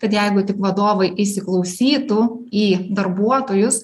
tad jeigu tik vadovai įsiklausytų į darbuotojus